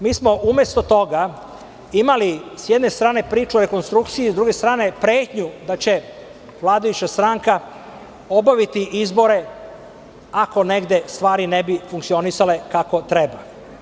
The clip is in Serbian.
Mi smo umesto toga imali s jedne strane priču o rekonstrukciji, a s druge strane pretnju da će vladajuća stranka obaviti izbore ako negde stvari ne bi funkcionisale kako treba.